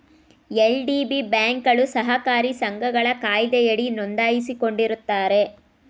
LDB ಬ್ಯಾಂಕ್ಗಳು ಸಹಕಾರಿ ಸಂಘಗಳ ಕಾಯ್ದೆಯಡಿ ನೊಂದಾಯಿಸಿಕೊಂಡಿರುತ್ತಾರೆ